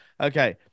Okay